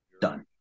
Done